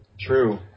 True